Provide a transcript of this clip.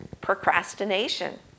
Procrastination